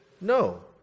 No